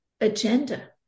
agenda